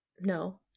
no